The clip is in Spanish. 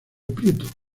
prieto